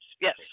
Yes